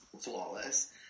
flawless